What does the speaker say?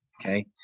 Okay